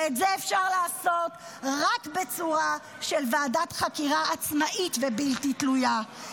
ואת זה אפשר לעשות רק בצורה של ועדת חקירה עצמאית ובלתי תלויה,